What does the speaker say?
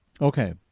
Okay